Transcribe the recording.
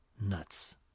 nuts